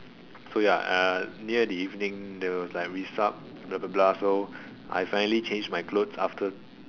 so ya uh near the evening there was like resupp blah blah blah so I finally changed my clothes after